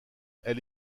elle